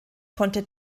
konnte